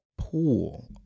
Pool